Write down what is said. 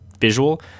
visual